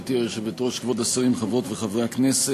גברתי היושבת-ראש, כבוד השרים, חברות וחברי הכנסת,